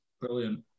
Brilliant